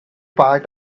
part